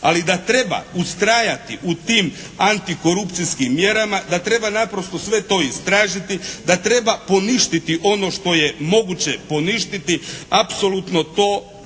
Ali da treba ustrajati u tim antikorupcijskim mjerama, da treba naprosto sve to istražiti, da treba poništiti ono što je moguće poništiti apsolutno to